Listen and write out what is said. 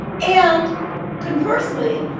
and conversely,